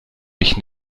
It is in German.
mich